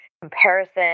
comparison